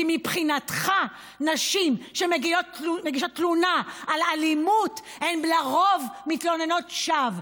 כי מבחינתך נשים שמגישות תלונה על אלימות הן לרוב מתלוננות שווא.